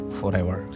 forever